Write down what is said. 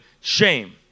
shame